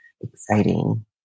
exciting